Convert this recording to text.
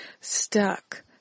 stuck